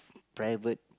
private